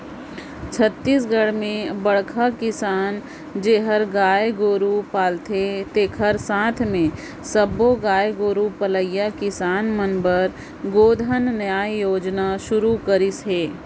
छत्तीसगढ़ में बड़खा किसान जेहर गाय गोरू पालथे तेखर साथ मे सब्बो गाय गोरू पलइया किसान मन बर गोधन न्याय योजना सुरू करिस हे